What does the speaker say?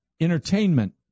entertainment